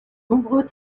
nombreux